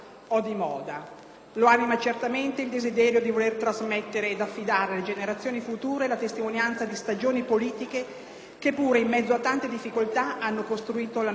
Lo anima certamente il desiderio di voler trasmettere ed affidare alle generazioni future la testimonianza di stagioni politiche che, pure in mezzo a tante difficoltà, hanno costruito la nostra democrazia.